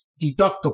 deductible